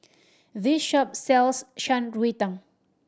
this shop sells Shan Rui Tang